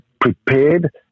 prepared